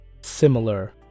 similar